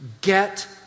get